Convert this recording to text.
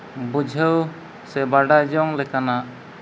ᱵᱩᱡᱷᱟᱹᱣ ᱥᱮ ᱵᱟᱰᱟᱭ ᱡᱚᱝ ᱞᱮᱠᱟᱱᱟᱜ